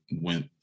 went